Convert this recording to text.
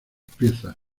piezas